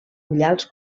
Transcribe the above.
ullals